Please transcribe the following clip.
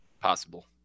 possible